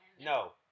No